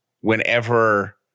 whenever